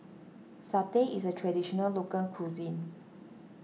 Satay is a Traditional Local Cuisine